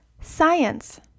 science